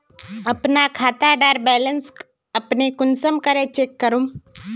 अपना खाता डार बैलेंस अपने कुंसम करे चेक करूम?